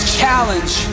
challenge